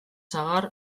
sagar